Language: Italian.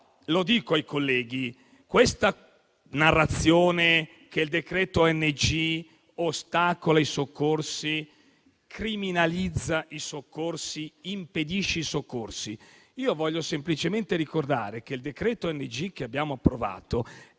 un punto ai colleghi. Quanto alla narrazione secondo cui il decreto ONG ostacoli i soccorsi, criminalizzi i soccorsi, impedisca i soccorsi, voglio semplicemente ricordare che il decreto ONG che abbiamo approvato